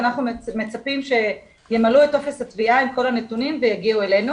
ואנחנו מצפים שימלאו את טופס התביעה עם כל הנתונים ויגיעו אלינו.